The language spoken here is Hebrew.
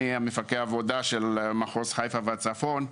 אני מפקח עבודה של מחוז חיפה והצפון.